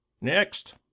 Next